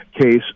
case